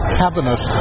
cabinet